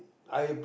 I